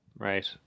Right